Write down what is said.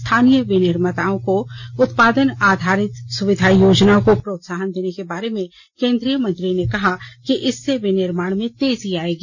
स्थानीय विनिर्माताओं को उत्पादन आधारित सुविधा योजना को प्रोत्साहन देने के बारे में केंद्रीय मंत्री ने कहा कि इससे विनिर्माण में तेजी आएगी